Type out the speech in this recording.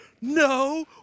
no